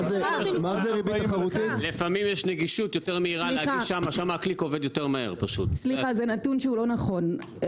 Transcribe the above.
זה נתון שהוא לא נכון,